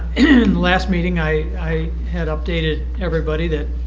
and last meeting i i had updated everybody that